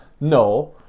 No